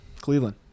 Cleveland